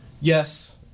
yes